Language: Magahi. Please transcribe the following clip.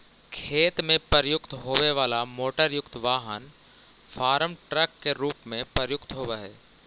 खेत में प्रयुक्त होवे वाला मोटरयुक्त वाहन फार्म ट्रक के रूप में प्रयुक्त होवऽ हई